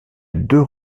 deux